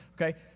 okay